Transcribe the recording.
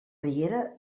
riera